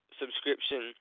subscription